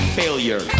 failure